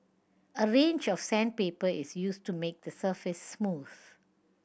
a range of sandpaper is used to make the surface smooth